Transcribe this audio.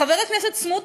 חבר הכנסת סמוּטריץ,